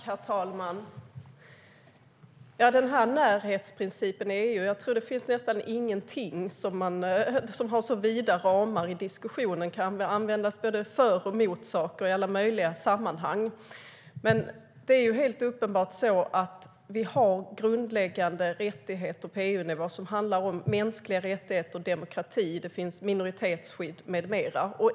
Herr talman! Jag tror att det nästan inte finns något som har så vida ramar som diskussionen om närhetsprincipen i EU. Den kan användas både för och emot saker i alla möjliga sammanhang. Men det är helt uppenbart att vi har grundläggande rättigheter på EU-nivå. Det handlar om mänskliga rättigheter och demokrati. Det finns minoritetsskydd med mera.